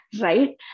right